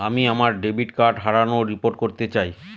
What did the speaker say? আমি আমার debit card হারানোর রিপোর্ট করতে চাই